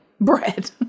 Bread